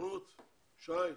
שי באתיופיה,